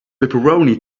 pepperoni